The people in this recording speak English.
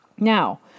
Now